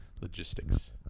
Logistics